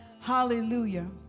Hallelujah